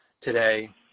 today